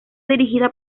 dirigida